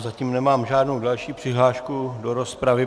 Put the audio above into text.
Zatím nemám žádnou další přihlášku do rozpravy.